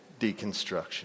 deconstruction